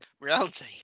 reality